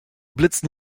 blitzen